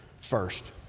first